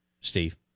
Steve